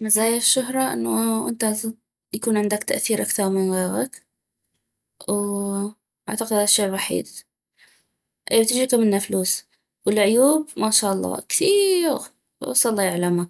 مزايا الشهرة انو انت يكون عندك تأثير أكثغ من غيغك واعتقد هذا الشي الوحيد اي وتجيك منا فلوس والعيوب ما شاء الله كثيييغ بس الله يعلما